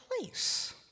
place